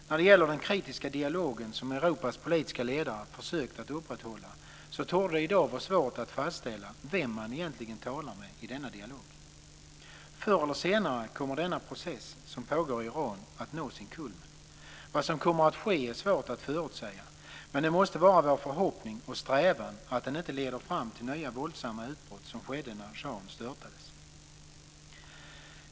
När det gäller den kritiska dialogen som Europas politiska ledare försökt att upprätthålla torde det i dag vara svårt att fastställa vem man egentligen talar med i denna dialog. Förr eller senare kommer den process som pågår i Iran att nå sin kulmen. Vad som kommer att ske är svårt att förutsäga. Men det måste vara vår förhoppning och strävan att den inte leder fram till nya våldsamma utbrott som skedde när shahen störtades.